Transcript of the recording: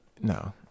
No